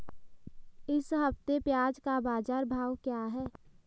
इस हफ्ते प्याज़ का बाज़ार भाव क्या है?